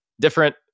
different